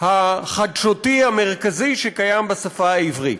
החדשותי המרכזי שקיים בשפה העברית.